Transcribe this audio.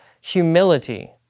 humility